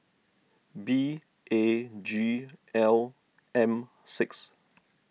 B A G L M six